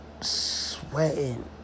Sweating